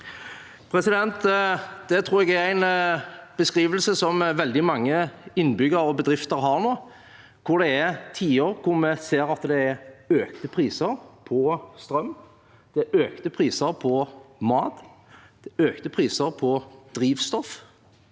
Det tror jeg er en beskrivelse som veldig mange innbyggere og bedrifter har nå, når det er tiår hvor vi ser at det er økte priser på strøm, økte priser på mat, økte priser på drivstoff,